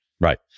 Right